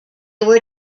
were